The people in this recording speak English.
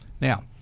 Now